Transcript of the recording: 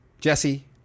Jesse